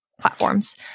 platforms